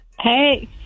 hey